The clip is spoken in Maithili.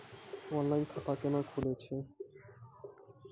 ऑनलाइन खाता केना खुलै छै?